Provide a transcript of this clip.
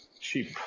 cheap